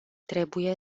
trebuie